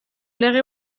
lege